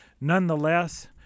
Nonetheless